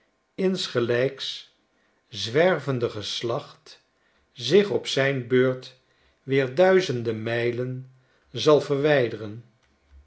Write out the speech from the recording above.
insgelijks zwervende geslacht zich op zijn beurt weer duizenden mijlen zal verwijderen